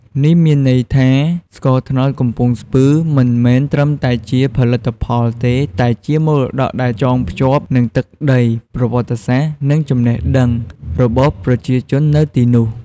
នេះមានន័យថាស្ករត្នោតកំពង់ស្ពឺមិនមែនត្រឹមតែជាផលិតផលទេ តែជាមរតកដែលចងភ្ជាប់នឹងទឹកដី ប្រវត្តិសាស្ត្រ និងចំណេះដឹងរបស់ប្រជាជននៅទីនោះ។